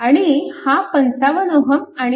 आणि हा 55 Ω आणि हा 5 Ω